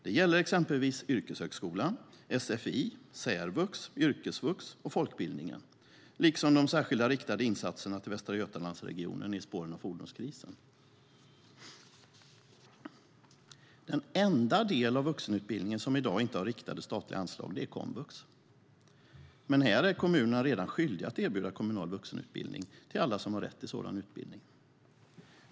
Det gäller exempelvis yrkeshögskolan, SFI, särvux, yrkesvux och folkbildningen liksom de särskilt riktade insatserna till Västra Götalandsregionen i spåren av fordonskrisen. Den enda del av vuxenutbildningen som i dag inte har riktade statliga anslag är komvux. Men här är kommunerna redan skyldiga att erbjuda kommunal vuxenutbildning till alla som har rätt till sådan utbildning.